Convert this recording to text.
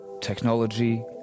technology